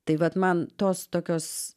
tai vat man tos tokios